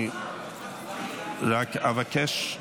רק אבקש,